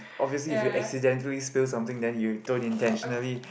obviously if you accidentally spilt something then you don't intentionally